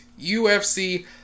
UFC